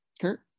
Kurt